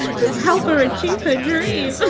does help her achieve her dream